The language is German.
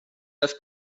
das